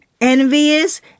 envious